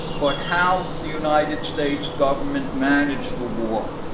but how the united states government managed the war,